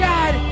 God